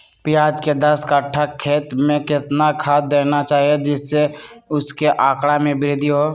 प्याज के दस कठ्ठा खेत में कितना खाद देना चाहिए जिससे उसके आंकड़ा में वृद्धि हो?